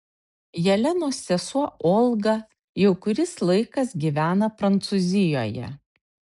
jelenos sesuo olga jau kuris laikas gyvena prancūzijoje